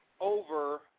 over